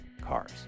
Cars